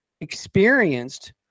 experienced